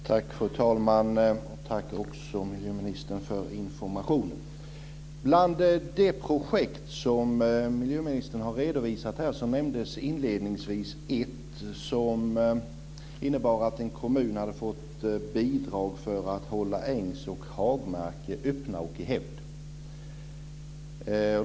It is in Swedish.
Fru talman! Tack, miljöministern för informationen. Bland de projekt som miljöministern har redogjort för nämndes inledningsvis ett som innebar att en kommun hade fått bidrag för att hålla ängs och hagmark öppna och i hävd.